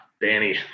danny